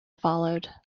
followed